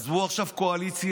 עזבו עכשיו קואליציה,